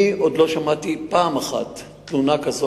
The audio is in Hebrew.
אני עוד לא שמעתי פעם אחת תלונה כזאת